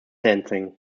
dancing